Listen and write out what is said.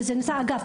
וזה נעשה אגב,